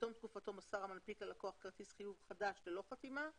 ובתום תקופתו מסר המנפיק ללקוח כרטיס חיוב חדש ללא חתימה כאמור,